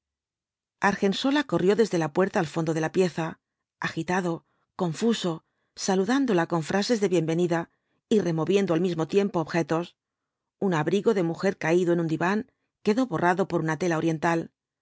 argensola corrió desde la puerta al íondo de la pieza agritado confuso saludándola con frases de bienvenida y removiendo al mismo tiempo objetos un abrigo de mujer caído en un diván quedó borrado por una tela oriental